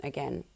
Again